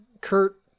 Kurt